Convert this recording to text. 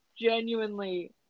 genuinely